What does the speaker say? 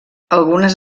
algunes